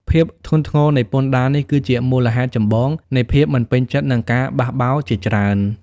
ភាពធ្ងន់ធ្ងរនៃពន្ធដារនេះគឺជាមូលហេតុចម្បងនៃភាពមិនពេញចិត្ត និងការបះបោរជាច្រើន។